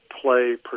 play